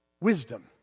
wisdom